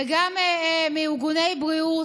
וגם מארגוני בריאות.